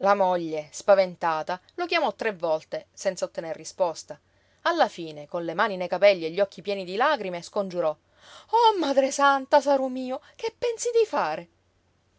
la moglie spaventata lo chiamò tre volte senza ottener risposta alla fine con le mani nei capelli e gli occhi pieni di lagrime scongiurò oh madre santa saru mio che pensi di fare